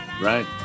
right